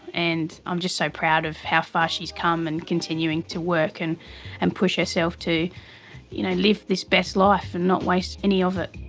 and i'm just so proud of how far she's come and continuing to work and and push herself to you know live this best life and not waste any of it.